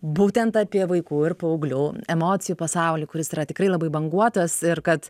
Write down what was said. būtent apie vaikų ir paauglių emocijų pasaulį kuris yra tikrai labai banguotas ir kad